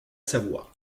savoie